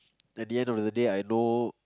at the end of the day I know